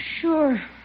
Sure